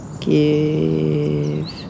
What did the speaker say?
give